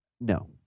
No